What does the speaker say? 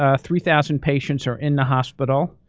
ah three thousand patients are in the hospital,